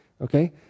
Okay